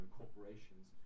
corporations